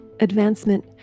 Advancement